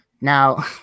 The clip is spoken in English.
Now